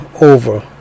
over